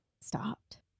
stopped